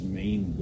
main